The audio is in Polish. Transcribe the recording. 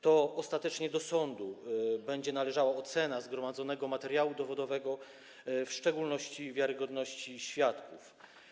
To ostatecznie do sądu będzie należała ocena zgromadzonego materiału dowodowego, w szczególności wiarygodności świadków.